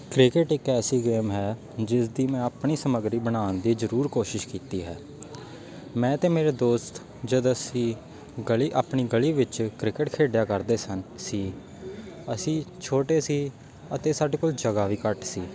cricket ਇੱਕ ਐਸੀ game ਹੈ ਜਿਸ ਦੀ ਮੈਂ ਆਪਣੀ ਸਮੱਗਰੀ ਬਣਾਉਣ ਦੀ ਜ਼ਰੂਰ ਕੋਸ਼ਿਸ਼ ਕੀਤੀ ਹੈ ਮੈਂ ਅਤੇ ਮੇਰੇ ਦੋਸਤ ਜਦ ਅਸੀਂ ਗਲੀ ਆਪਣੀ ਗਲੀ ਵਿੱਚ ਕ੍ਰਿਕਟ ਖੇਡਿਆ ਕਰਦੇ ਸਨ ਸੀ ਅਸੀਂ ਛੋਟੇ ਸੀ ਅਤੇ ਸਾਡੇ ਕੋਲ ਜਗ੍ਹਾ ਵੀ ਘੱਟ ਸੀ